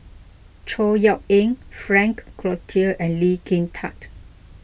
Chor Yeok Eng Frank Cloutier and Lee Kin Tat